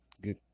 good